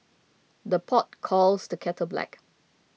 the pot calls the kettle black